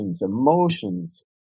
emotions